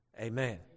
Amen